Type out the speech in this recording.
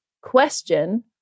Question